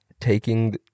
taking